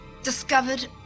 Discovered